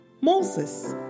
Moses